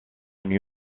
new